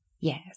yes